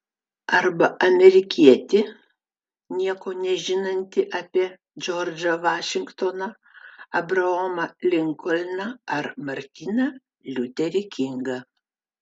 arba amerikietį nieko nežinantį apie džordžą vašingtoną abraomą linkolną ar martyną liuterį kingą